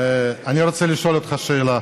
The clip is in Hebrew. אני רוצה לשאול אותך שאלה.